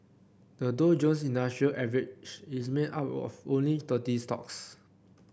the Dow Jones Industrial Average is made up of only thirty stocks